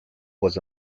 was